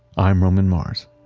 i'm roman mars.